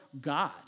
God